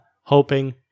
hoping